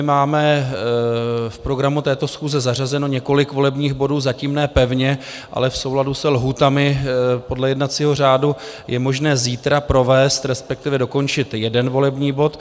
Máme v programu této schůze zařazeno několik volebních bodů, zatím ne pevně, ale v souladu se lhůtami podle jednacího řádu je možné zítra provést, respektive dokončit jeden volební bod.